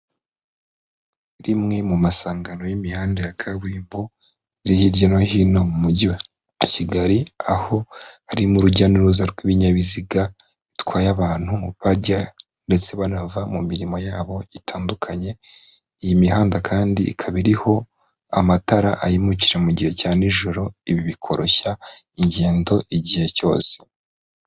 Rimwe mu masangano y'imihanda ya kaburimbo iri hirya no hino mu mujyi wa Kigali, aho hari mo ruujya n'uruza rw'ibinyabiziga bitwaye abantu bajya ndetse banava mu mirimo yabo itandukanye, iyi mihanda kandi ikaba iriho amatara ayimukira mu gihe cya nijoro, ibi bikoroshya ingendo igihe cyose.